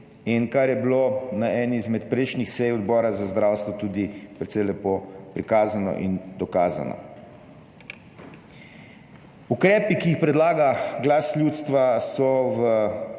kar je bilo na eni izmed prejšnjih sej Odbora za zdravstvo tudi precej lepo prikazano in dokazano. Ukrepi, ki jih predlaga Glas ljudstva, so v